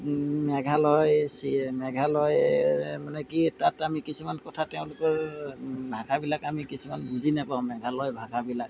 মেঘালয় মেঘালয় মানে কি তাত আমি কিছুমান কথা তেওঁলোকৰ ভাষাবিলাক আমি কিছুমান বুজি নাপাওঁ মেঘালয়ৰ ভাষাবিলাক